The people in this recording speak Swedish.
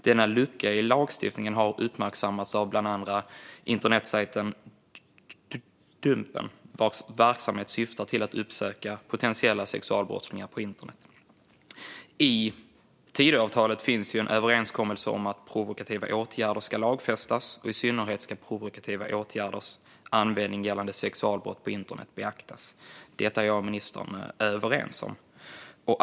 Denna lucka i lagstiftningen har uppmärksammats av bland andra internetsajten Dumpen, vars verksamhet syftar till att uppsöka potentiella sexualbrottslingar på internet. I Tidöavtalet finns en överenskommelse om att provokativa åtgärder ska lagfästas, och i synnerhet ska provokativa åtgärders användning gällande sexualbrott på internet beaktas. Detta är jag och ministern överens om.